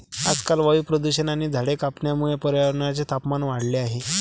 आजकाल वायू प्रदूषण आणि झाडे कापण्यामुळे पर्यावरणाचे तापमान वाढले आहे